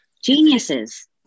geniuses